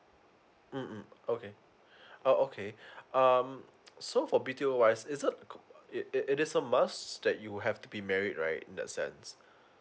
mm okay oh okay um so for b t o wise is it it it is a must that you have to be married right in that sense